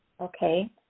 Okay